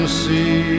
see